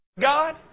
God